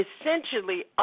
essentially